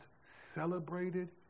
celebrated